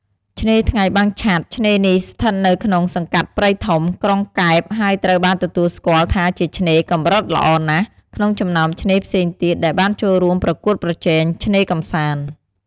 ឆ្នេរថ្ងៃបាំងឆ័ត្រ ឆ្នេរនេះស្ថិតនៅក្នុងសង្កាត់ព្រៃធំ ក្រុងកែប ហើយត្រូវបានទទួលស្គាល់ថាជាឆ្នេរ "កម្រិតល្អណាស់" ក្នុងចំណោមឆ្នេរផ្សេងទៀតដែលបានចូលរួមប្រកួតប្រជែងឆ្នេរកម្សាន្ត។